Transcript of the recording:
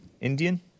Indian